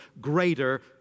greater